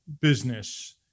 business